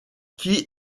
qui